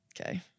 Okay